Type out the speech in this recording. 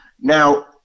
Now